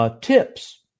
tips